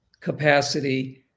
capacity